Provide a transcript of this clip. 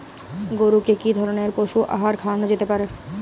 গরু কে কি ধরনের পশু আহার খাওয়ানো যেতে পারে?